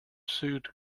sued